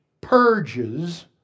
purges